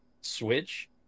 Switch